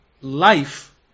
life